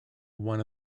one